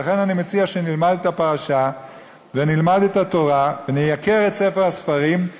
לכן אני מציע שנלמד את הפרשה ונלמד את התורה ונייקר את ספר הספרים.